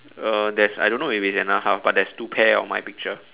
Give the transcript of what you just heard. uh there's I don't know if it's another half but there's two pear on my picture